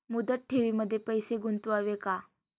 मुदत ठेवींमध्ये पैसे गुंतवावे का?